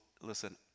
listen